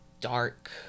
dark